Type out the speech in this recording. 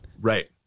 Right